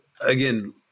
again